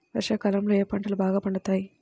వర్షాకాలంలో ఏ పంటలు బాగా పండుతాయి?